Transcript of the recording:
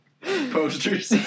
Posters